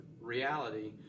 reality